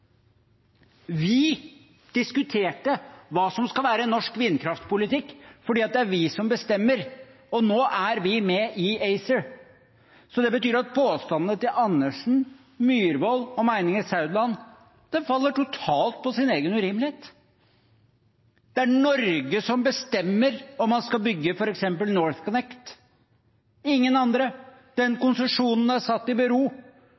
Vi diskuterte hva som skal være norsk vindkraftpolitikk, for det er vi som bestemmer. Nå er vi med i ACER. Det betyr at påstandene til representantene Andersen, Myhrvold og Meininger Saudland faller totalt på sin egen urimelighet. Det er Norge som bestemmer om man skal bygge f.eks. NorthConnect, ingen andre. Den konsesjonen er satt i bero.